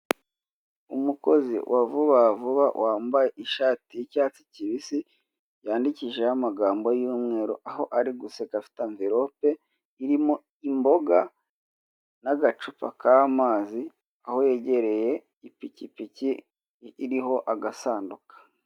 Umukozi wa vubavuba wambaye ishati y'icyatsi kibisi yandikishijeho amagambo y'umweru aho ari guseka afite amverope arimo imboga n'agacupa k'amazi aho yegereye ipikipiki iriho agasanduka.